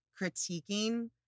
critiquing